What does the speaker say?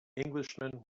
englishman